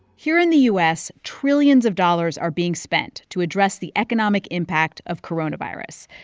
here in the u s, trillions of dollars are being spent to address the economic impact of coronavirus.